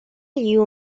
you